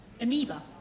amoeba